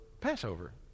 Passover